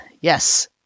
Yes